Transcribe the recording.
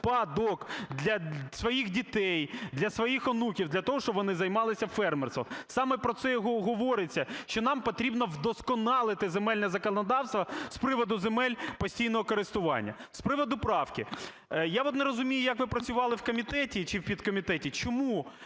спадок для своїх дітей, для своїх онуків для того, щоб вони займалися фермерством. Саме про це і говориться, що нам потрібно вдосконалити земельне законодавство з приводу земель постійного користування. З приводу правки. Я от не розумію, як ви працювали в комітеті чи в підкомітеті, чому